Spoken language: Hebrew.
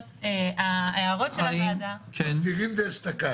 מפטירין דאשתקד.